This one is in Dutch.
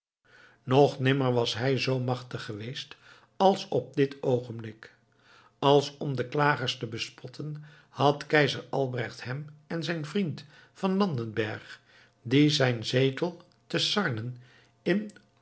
nog nimmer was hij zoo machtig geweest als op dit oogenblik als om de klagers te bespotten had keizer albrecht hem en zijn vriend van landenberg die zijn zetel te sarnen in